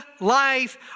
life